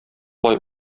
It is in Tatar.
болай